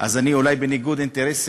אז אני אולי בניגוד אינטרסים,